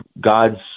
God's